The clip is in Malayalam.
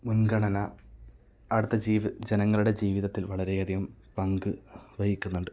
മുൻഗണന അവിടുത്തെ ജീവി ജനങ്ങളുടെ ജീവിതത്തിൽ വളരെയധികം പങ്ക് വഹിക്കുന്നുണ്ട്